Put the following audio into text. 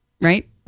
Right